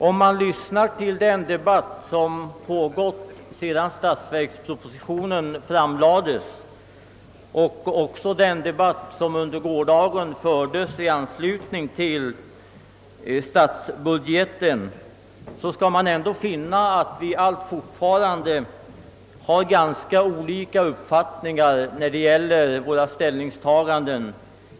När man lyssnat till den debatt som pågått sedan statsverkspropositionen framlades, särskilt den debatt som under gårdagen fördes beträffande statsbudgeten, så måste man ändå konstatera att vi fortfarande har ganska olika uppfattningar. Inte minst gäller detta våra ideologiska = ställningstaganden.